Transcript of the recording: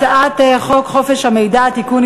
הצעת חוק חופש המידע (תיקון,